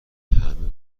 همه